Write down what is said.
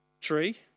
tree